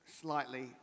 slightly